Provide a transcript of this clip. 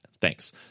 Thanks